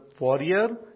warrior